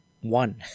one